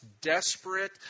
desperate